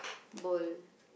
bowl